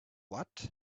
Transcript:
what